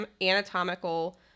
anatomical